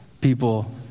people